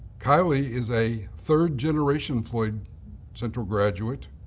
kylie is a third generation floyd central graduate,